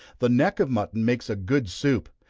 the neck of mutton makes a good soup.